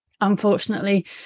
unfortunately